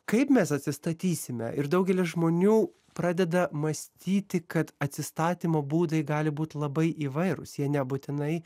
kaip mes atsistatysime ir daugelis žmonių pradeda mąstyti kad atsistatymo būdai gali būt labai įvairūs jie nebūtinai